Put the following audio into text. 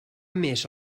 més